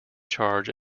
charge